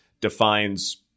defines